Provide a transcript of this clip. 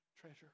treasure